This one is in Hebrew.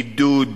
עידוד